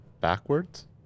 backwards